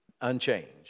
Unchanged